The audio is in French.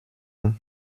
ans